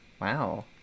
Wow